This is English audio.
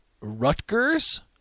Rutgers